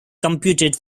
computed